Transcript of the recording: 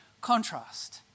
contrast